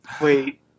Wait